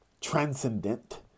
transcendent